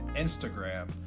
Instagram